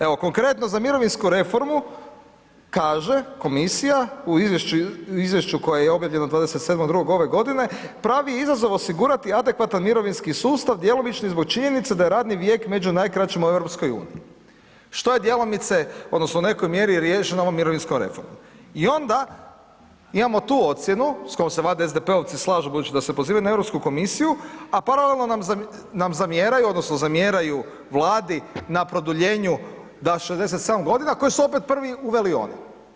Evo konkretno za mirovinsku reformu kaže Komisija u Izvješću koje je objavljeno 27.02. ove godine, pravi izazov osigurati adekvatan mirovinski sustav, djelomično i zbog činjenice da je radni vijek među najkraćima u Europskoj uniji, što je djelomice odnosno u nekoj mjeri riješeno ovom mirovinskom reformom, i onda imamo tu ocjenu s kojom se valjda SDP-ovci slažu budući da se pozivaju na Europsku komisiju, a paralelno nam zamjeraju odnosno zamjeraju Vladi na produljenju da 67 godina koji su opet prvi uveli oni.